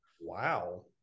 Wow